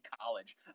college